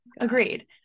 agreed